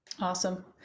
Awesome